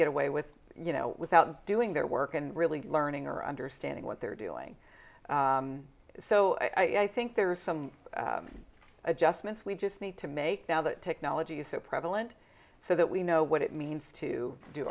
get away with you know without doing their work and really learning or understanding what they're doing so i think there are some adjustments we just need to make the technology so prevalent so that we know what it means to do